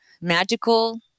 magical